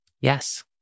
Yes